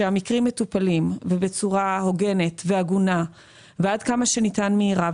שהמקרים מטופלים ובצורה הוגנת והגונה ועד כמה שניתן מהירה.